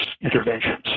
interventions